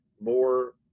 more